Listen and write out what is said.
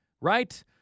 right